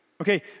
Okay